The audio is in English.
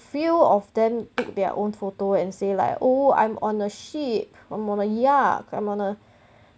few of them pick their own photo and say like oh I'm on a ship I'm on a yacht I am on a